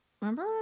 Remember